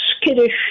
skittish